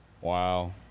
Wow